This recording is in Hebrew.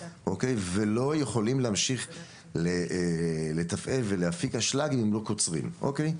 ולא יכולים להמשיך לתפעל ולהפיק אשלג אם הם לא קוצרים אוקי?